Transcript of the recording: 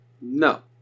No